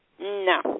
No